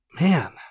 man